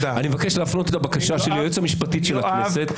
אני מבקש להפנות את הבקשה שלי ליועצת המשפטית של הכנסת,